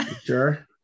Sure